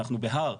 אנחנו בהר,